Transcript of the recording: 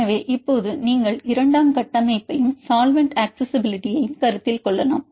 எனவே இப்போது நீங்கள் இரண்டாம் கட்டமைப்பையும் சால்வெண்ட் அக்சஸிஸிபிலிட்டி யும் கருத்தில் கொள்ளலாம்